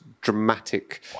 dramatic